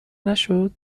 نشد